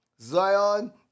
Zion